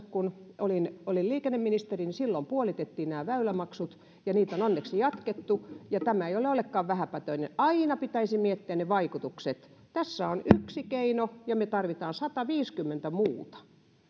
kun olin olin liikenneministeri puolitettiin nämä väylämaksut ja sitä on onneksi jatkettu tämä ei ole ollenkaan vähäpätöinen asia aina pitäisi miettiä ne vaikutukset tässä on yksi keino ja me tarvitsemme sataviisikymmentä muuta